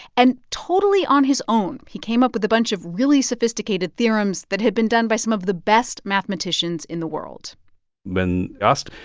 and totally on his own, he came up with a bunch of really sophisticated theorems that had been done by some of the best mathematicians in the world when asked,